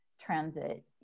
transit